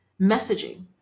messaging